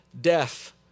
death